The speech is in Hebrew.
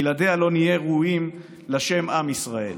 ושבלעדיה "לא נהיה ראויים לשם עם ישראל".